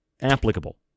applicable